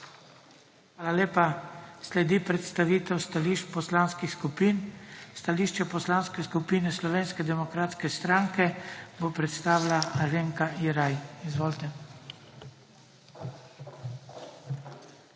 Hvala lepa. Sledi predstavitev stališč poslanskih skupin. Stališče Poslanske skupine Slovenske demokratske stranke bo predstavila Alenka Jeraj. Izvolite. **ALENKA